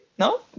No